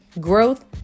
growth